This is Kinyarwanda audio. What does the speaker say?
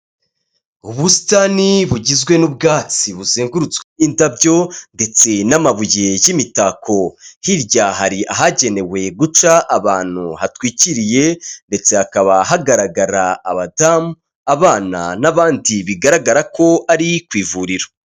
Ubusitani bugizwe n'ubwatsi buzengurutswe n'indabyo ndetse n'amabuye cy'imitako hirya hari ahagenewe guca abantu hatwikiriye ndetse hakaba hagaragara abadamu abana n'abandi bigaragara ko ari ku ivuriro.